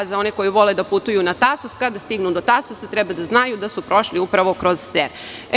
Za one koji vole da putuju na Tasos, kad stignu do Tasosa treba da znaju da su prošli upravo kroz Ser.